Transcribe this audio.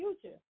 future